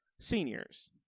seniors